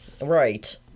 right